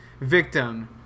victim